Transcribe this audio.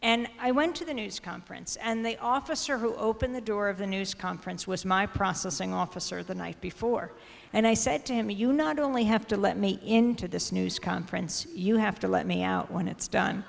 and i went to the news conference and the officer who opened the door of the news conference was my processing officer the night before and i said to him you not only have to let me into this news conference you have to let me out when it's done